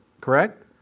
Correct